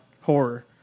horror